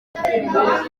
uyumuhungu